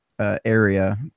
area